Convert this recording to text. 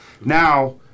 now